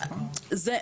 זה,